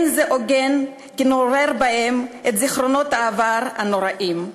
זה לא הוגן שנעורר בהם את זיכרונות העבר הנוראיים,